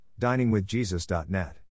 diningwithjesus.net